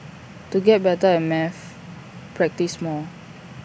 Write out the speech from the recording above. to get better at maths practise more